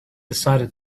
decided